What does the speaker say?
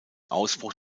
ausbruch